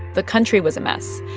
the country was a mess,